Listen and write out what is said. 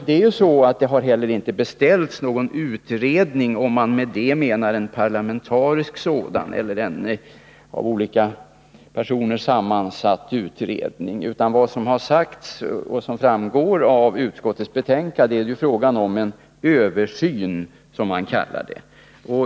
Det har heller inte beställts någon utredning, om man med det menar en parlamentarisk sådan eller en av olika representanter sammansatt utredning, utan vad som har sagts — och som framgår av utskottets betänkande — är att det är fråga om en översyn, som man kallar det.